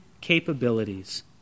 capabilities